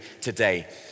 today